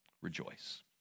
rejoice